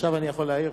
עכשיו אני יכול להעיר?